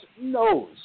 knows